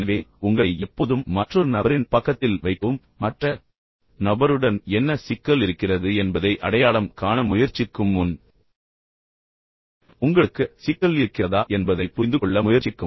எனவே உங்களை எப்போதும் மற்றொரு நபரின் பக்கத்தில் வைக்கவும் பின்னர் மற்ற நபருடன் என்ன சிக்கல் இருக்கிறது என்பதை அடையாளம் காண முயற்சிக்கும் முன் உங்களுக்கு சிக்கல் இருக்கிறதா என்பதைப் புரிந்துகொள்ள முயற்சிக்கவும்